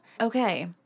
Okay